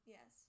Yes